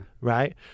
Right